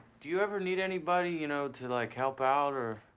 do you ever need anybody, you know, to like help out or?